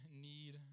need